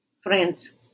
Friends